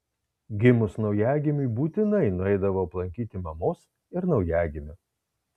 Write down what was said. gimus naujagimiui būtinai nueidavo aplankyti mamos ir naujagimio